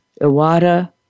Iwata